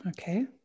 okay